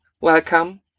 welcome